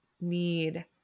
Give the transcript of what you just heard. need